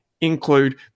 include